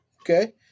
Okay